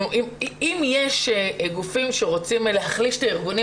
אם יש גופים שרוצים להחליש את הארגונים